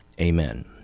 Amen